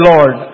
Lord